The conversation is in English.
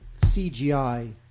CGI